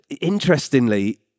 interestingly